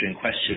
question